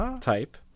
type